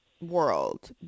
world